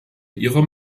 ihrer